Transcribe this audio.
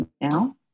now